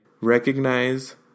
recognize